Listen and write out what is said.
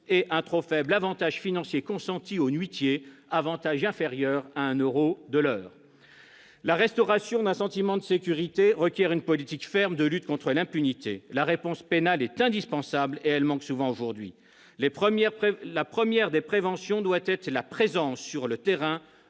par un trop faible avantage financier consenti aux « nuitiers », avantage inférieur à un euro par heure ... La restauration d'un sentiment de sécurité requiert une politique ferme de lutte contre l'impunité. La réponse pénale est indispensable et elle manque souvent aujourd'hui. La première des préventions doit être la présence sur le terrain